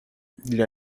для